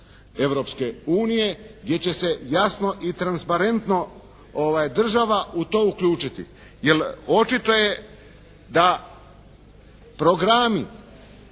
Europske unije, gdje će se jasno i transparentno država u to uključiti. Jer očito je da programi